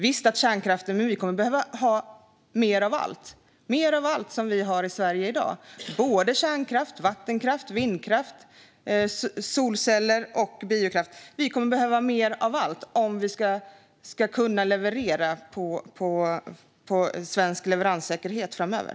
Visst, vi har kärnkraften, men vi kommer att behöva ha mer av allt - mer av allt som vi har i Sverige i dag. Det gäller både kärnkraft, vattenkraft, vindkraft, solceller och biokraft. Vi kommer att behöva mer av allt om vi ska kunna leverera med svensk leveranssäkerhet framöver.